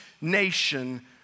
nation